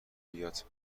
بیاد